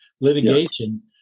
litigation